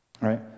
right